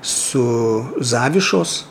su zavišos